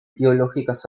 biológicas